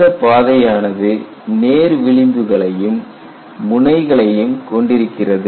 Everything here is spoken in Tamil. இந்தப் பாதையானது நேர் விளிம்புகளையும் முனைகளையும் கொண்டிருக்கிறது